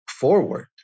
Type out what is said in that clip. forward